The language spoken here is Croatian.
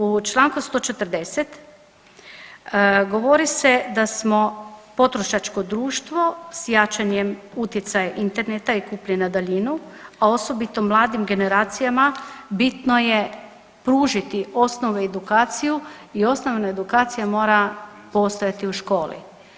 U čl. 140. govori se da smo potrošačko društvo s jačanjem utjecaja interneta i kupnje na daljinu, a osobito mladim generacijama bitno je pružiti osnovnu edukaciju i osnovna edukacija mora postojati u školi.